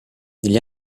negli